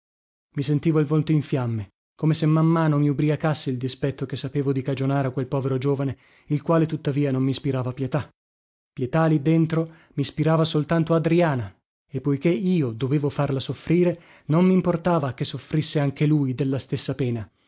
i sentivo il volto in fiamme come se man mano mi ubriacasse il dispetto che sapevo di cagionare a quel povero giovane il quale tuttavia non mispirava pietà pietà lì dentro mispirava soltanto adriana e poiché io dovevo farla soffrire non mimportava che soffrisse anche lui della stessa pena